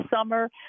summer